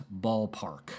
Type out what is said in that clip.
ballpark